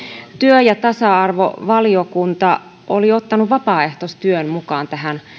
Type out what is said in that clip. työ ja tasa arvovaliokunta oli ottanut vapaaehtoistyön mukaan tähän